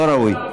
לא ראוי.